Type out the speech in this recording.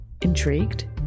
Intrigued